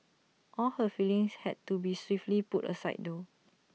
all her feelings had to be swiftly put aside though